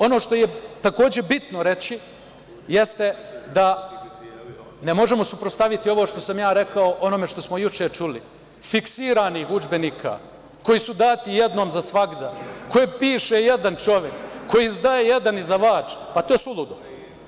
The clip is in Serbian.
Ono što je takođe bitno reći, jeste da ne možemo suprotstaviti ovo što sam ja rekao onome što smo juče čuli, fiksiranih udžbenika koji su dati jednom za svagda, koje piše jedan čovek, koji izdaje jedan izdavač, a to je suludo.